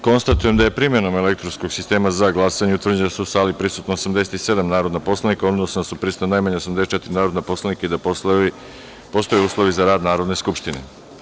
Konstatujem da je, primenom elektronskog sistema za glasanje, utvrđeno da je u sali prisutno 87 narodnih poslanika, odnosno da su prisutna najmanje 84 narodna poslanika i da postoje uslovi za rad Narodne skupštine.